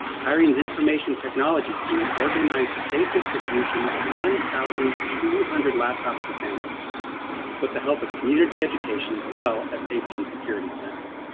kyrene's information technology team organized the safe distribution of one thousand two hundred laptops to families with the help of community education as well as safety and security staff.